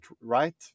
right